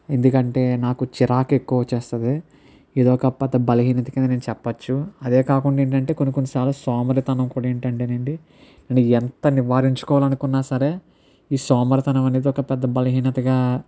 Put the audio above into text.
ఎందుకంటే నాకు చిరాకు ఎక్కువ వచ్చేస్తుంది ఇదొక పెద్ద బలహీనత కింద నేను చెప్పచ్చు అదే కాకుండా ఏంటి అంటే కొన్ని కొన్ని సార్లు సోమరితనం కూడా ఏంటి అంటే అండి అంటే నేను ఎంత నివారించుకోవాలని అనుకున్నా సరే ఈ సోమరితనం అనేది ఒక పెద్ద బలహీనతగా